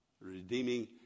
redeeming